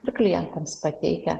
ir klientams pateikia